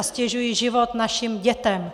A ztěžují život našim dětem!